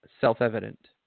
self-evident